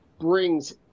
brings